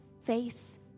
face